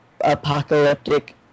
apocalyptic